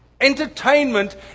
Entertainment